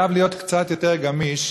זה חייב להיות קצת יותר גמיש,